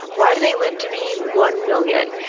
why do they live to be one million?